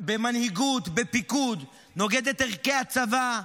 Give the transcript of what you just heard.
של מנהיגות, של פיקוד, נוגד את ערכי הצבא,